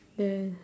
then